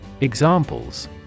Examples